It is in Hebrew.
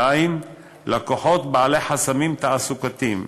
2. לקוחות בעלי חסמים תעסוקתיים,